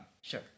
Sure